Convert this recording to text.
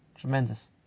Tremendous